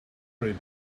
pretty